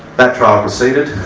that trial proceeded,